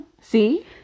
See